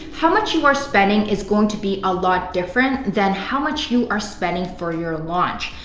how much you are spending is going to be a lot different than how much you are spending for your launch.